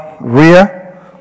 rear